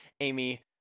Amy